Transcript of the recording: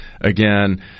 again